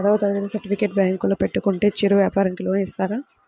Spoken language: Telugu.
పదవ తరగతి సర్టిఫికేట్ బ్యాంకులో పెట్టుకుంటే చిరు వ్యాపారంకి లోన్ ఇస్తారా?